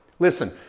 Listen